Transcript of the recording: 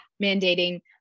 mandating